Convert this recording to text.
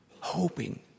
hoping